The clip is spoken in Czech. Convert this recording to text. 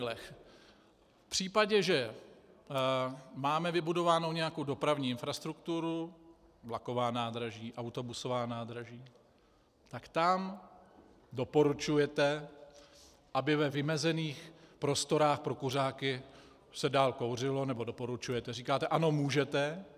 V případě, že máme vybudovánu nějakou dopravní infrastrukturu vlaková nádraží, autobusová nádraží , tak tam doporučujete, aby ve vymezených prostorách pro kuřáky se dál kouřilo, nebo říkáte ano, můžete.